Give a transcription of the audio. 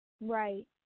Right